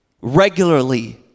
regularly